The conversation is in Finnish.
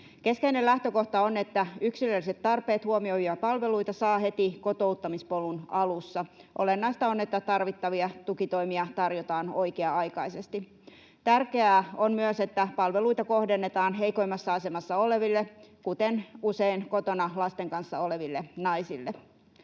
Keskeinen lähtökohta on, että yksilölliset tarpeet huomioidaan ja palveluita saa heti kotouttamispolun alussa. Olennaista on, että tarvittavia tukitoimia tarjotaan oikea-aikaisesti. Tärkeää on myös, että palveluita kohdennetaan heikoimmassa asemassa oleville, kuten usein kotona lasten kanssa oleville naisille.